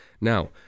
Now